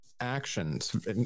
Actions